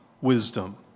wisdom